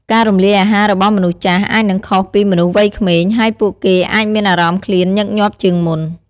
ការរំលាយអាហាររបស់មនុស្សចាស់អាចនឹងខុសពីមនុស្សវ័យក្មេង ហើយពួកគេអាចមានអារម្មណ៍ឃ្លានញឹកញាប់ជាងមុន។